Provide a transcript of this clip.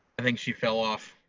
i think she fell off